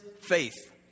faith